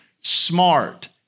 Smart